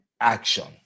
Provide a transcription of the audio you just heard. action